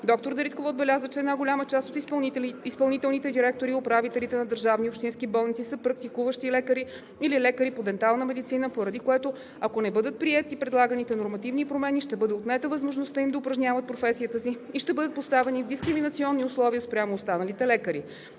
Доктор Дариткова отбеляза, че една голяма част от изпълнителните директори и управителите на държавни и общински болници са практикуващи лекари или лекари по дентална медицина, поради което, ако не бъдат приети предлаганите нормативни промени, ще бъде отнета възможността им да упражняват професията си и ще бъдат поставени в дискриминационни условия спрямо останалите лекари.